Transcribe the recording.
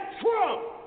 Trump